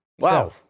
Wow